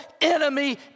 enemy